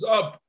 up